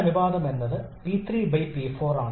അതിനാൽ നാല് ഉണ്ട് ഘടകങ്ങൾ